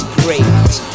great